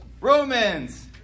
Romans